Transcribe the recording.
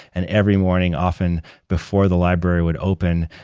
and every morning, often before the library would open,